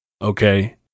Okay